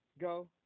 go